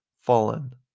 Fallen